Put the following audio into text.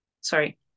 sorry